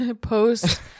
post